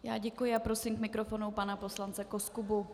Já děkuji a prosím k mikrofonu pana poslance Koskubu.